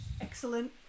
Excellent